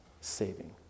saving